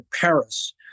Paris